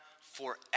forever